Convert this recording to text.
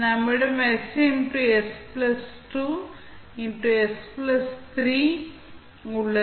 நம்மிடம் ss 2s 3 உள்ளது